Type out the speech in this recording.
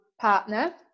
partner